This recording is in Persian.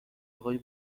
آقای